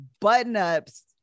button-ups